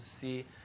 see